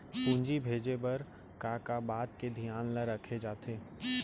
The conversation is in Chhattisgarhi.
पूंजी भेजे बर का का बात के धियान ल रखे जाथे?